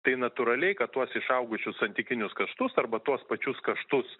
tai natūraliai kad tuos išaugusius santykinius kaštus arba tuos pačius kaštus